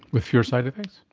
with fewer side effects?